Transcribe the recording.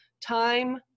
time